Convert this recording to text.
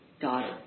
daughter